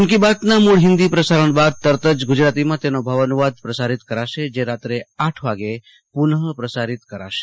મનકી બાતના મુળ હિન્દી પ્રસારણ બાદ તરત ગુજરાતીમાં તેનો ભાવાનુંવાદ પ્રસારિત કરાશે જે રાત્રે આઠ વાગ્યે પુનઃપ્રસારિ ત કરાશે